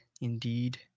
indeed